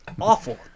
Awful